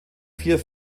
vier